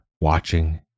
watching